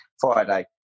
Friday